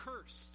cursed